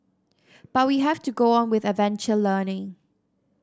but we have to go on with adventure learning